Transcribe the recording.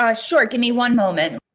ah sure, give me one moment.